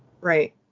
Right